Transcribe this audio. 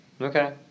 Okay